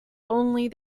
only